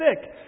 thick